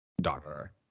daughter